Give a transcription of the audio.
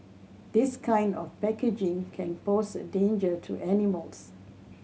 this kind of packaging can pose a danger to animals